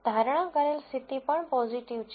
ધારણા કરેલ સ્થિતિ પણ પોઝીટિવ છે